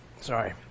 Sorry